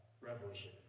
revolution